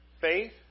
Faith